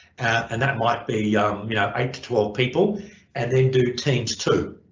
and that might be you know eight to twelve people and then do teams two,